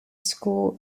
school